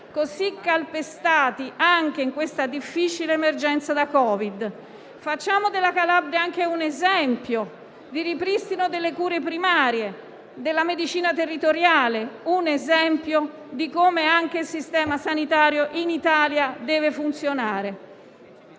così calpestati anche in questa difficile emergenza da Covid-19. Facciamo della Calabria anche un esempio di ripristino delle cure primarie e della medicina territoriale, un esempio di come il sistema sanitario in Italia debba funzionare.